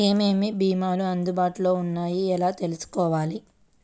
ఏమేమి భీమాలు అందుబాటులో వున్నాయో ఎలా తెలుసుకోవాలి?